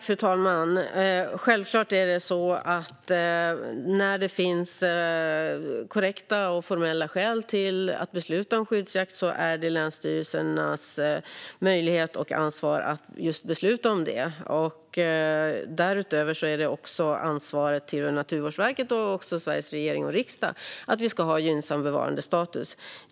Fru talman! När det finns korrekta och formella skäl för att besluta om skyddsjakt är det givetvis länsstyrelsernas möjlighet och ansvar att göra det. Därutöver har Naturvårdsverket och Sveriges regering och riksdag ansvaret för att vi ska ha en gynnsam bevarandestatus.